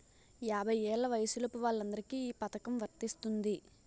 యాభై ఏళ్ల వయసులోపు వాళ్ళందరికీ ఈ పథకం వర్తిస్తుంది